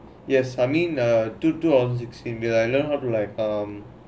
yes I mean uh two two objects we be like learn how to like um